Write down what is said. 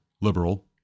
liberal